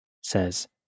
says